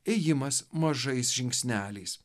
ėjimas mažais žingsneliais